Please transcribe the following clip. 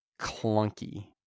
clunky